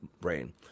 brain